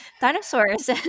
dinosaurs